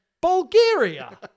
Bulgaria